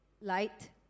light